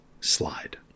slide